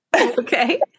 Okay